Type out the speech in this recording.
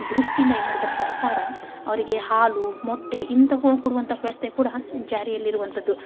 ದೃಷ್ಟಿಯಿಂದ ಏನು ಮಾಡಿದಾರೆ ಸರ್ಕಾರ ಅವರಿಗೆ ಹಾಲು ಮೊಟ್ಟೆ ಇಂಥವುಗಳನ್ನು ಕೊಡುವಂಥ ವ್ಯವಸ್ಥೆ ಕೂಡ ಜಾರಿಯಲ್ಲಿ ಇರುವಂಥದ್ದು